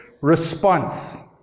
response